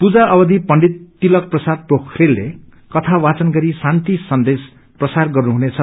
पूजा अवधि पण्डित तिलक प्रसाद पोखरेलले कया वाचन गरी श्रान्ति सन्देश प्रसार गर्नुहुनेछ